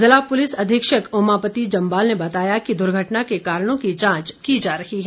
जिला पुलिस अधीक्षक ओमापति जम्वाल ने बताया कि दुर्घटना के कारणों की जांच की जा रही है